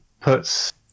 puts